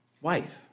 wife